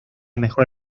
mejor